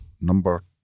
number